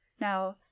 Now